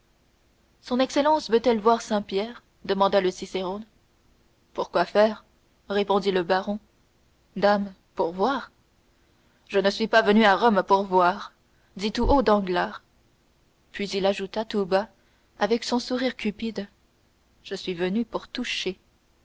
son excellence veut-elle voir saint-pierre demanda le cicérone pour quoi faire répondit le baron dame pour voir je ne suis pas venu à rome pour voir dit tout haut danglars puis il ajouta tout bas avec son sourire cupide je suis venu pour toucher